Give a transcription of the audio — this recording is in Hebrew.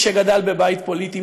מי שגדל בבית פוליטי,